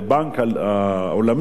הבנק העולמי,